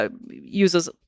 uses